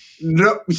Nope